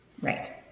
Right